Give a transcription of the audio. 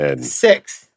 six